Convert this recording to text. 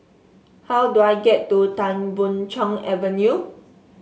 how do I get to Tan Boon Chong Avenue